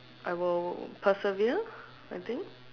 I will persevere I think